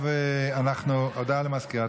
22 בעד, אין מתנגדים,